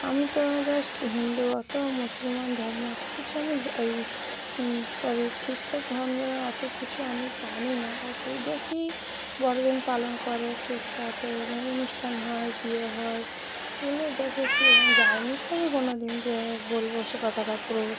আমি তো জাস্ট হিন্দু অত মুসলমান ধর্ম অত কিছু আমি জা এই সরি খ্রিস্টান ধর্মের অত কিছু আমি জানি না অত দেখি বড়দিন পালন করে কেক কাটে এবং অনুষ্ঠান হয় বিয়ে হয় এগুলো দেখেছি এবং যায়নি তো আমি কোনো দিন যে বলব সে কথাটা পুরো